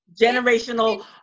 generational